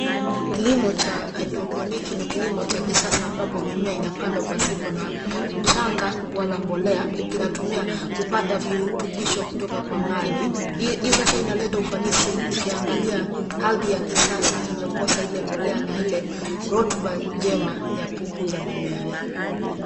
Kilimo cha haidroponiki ni kilimo cha kisasa ambapo mimea inapandwa pasipo na mchanga wala mbolea, inatumia kupata virutubisho kutoka kwa maji. Hii sasa inaleta ufanisi ukiangalia ardhi ya kisasa imekosa ile mbolea na ile rotuba njema ya kukuza mimea.